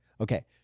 okay